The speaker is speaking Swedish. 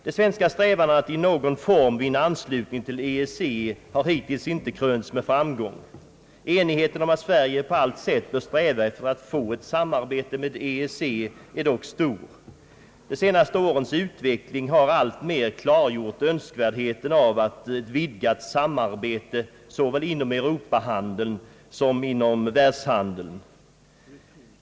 De svenska strävandena att i någon form vinna anslutning till EEC har hittills inte krönts med framgång. Enigheten om att Sverige på allt sätt bör sträva efter att få samarbete med EEC är dock stor. De senaste årens utveckling har alltmer klargjort önskvärdheten av ett vidgat samarbete såväl inom europahandeln som inom världshandeln.